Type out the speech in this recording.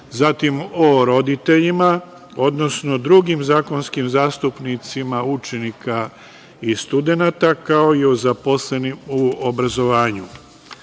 zatim o roditeljima, odnosno drugim zakonskim zastupnicima učenika i studenata, kao i o zaposlenim u obrazovanju. Ministarstvo